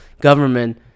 government